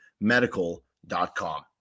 medical.com